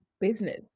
business